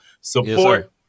support